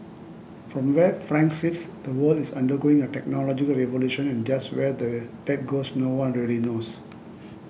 from where Frank sits the world is undergoing a technological revolution and just where that goes no one really knows